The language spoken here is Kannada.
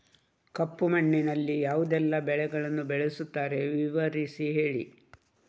ಕಪ್ಪು ಮಣ್ಣಿನಲ್ಲಿ ಯಾವುದೆಲ್ಲ ಬೆಳೆಗಳನ್ನು ಬೆಳೆಸುತ್ತಾರೆ ವಿವರಿಸಿ ಹೇಳಿ